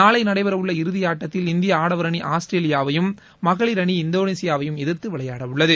நாளை நடைபெறவுள்ள இந்தி ஆட்டத்தில் இந்திய ஆடவர் அணி ஆஸ்திரேலியாவையும் மகளிர் அணி இந்தோனோஷியாவையும் எதிர்த்து விளையாடவுள்ளது